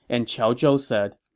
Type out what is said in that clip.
and qiao zhou said,